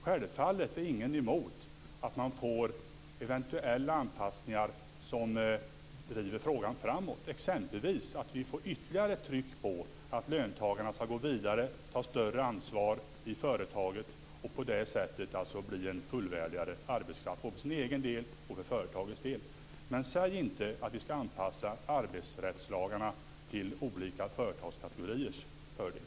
Självfallet är ingen emot att man får eventuella anpassningar som driver frågan framåt, t.ex. att vi får ytterligare ett tryck på att löntagarna skall gå vidare och ta ett större ansvar i företaget för att på det sättet bli en fullvärdigare arbetskraft, både för sin egen del och för företagets del. Men säg inte att vi skall anpassa arbetsrättslagarna till olika företagskategoriers fördel!